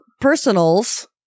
personals